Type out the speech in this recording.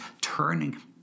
turning